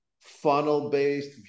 funnel-based